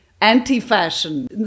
anti-fashion